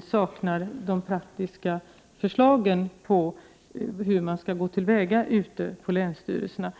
saknar de praktiska förslagen på hur man skall gå till väga ute på länsstyrelserna.